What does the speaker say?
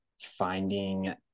finding